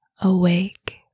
awake